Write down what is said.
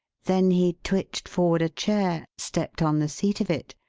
then he twitched forward a chair, stepped on the seat of it,